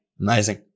amazing